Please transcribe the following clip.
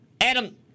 Adam